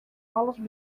alles